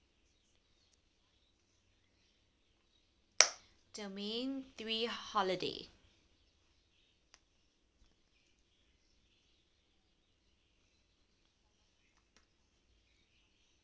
domain three holiday